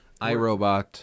iRobot